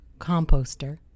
composter